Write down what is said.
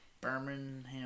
Birmingham